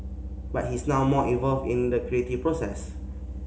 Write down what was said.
but he's now more involved in the creative process